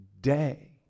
day